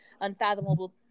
unfathomable